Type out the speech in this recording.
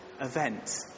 event